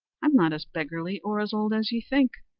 i'm not as beggarly or as old as ye think.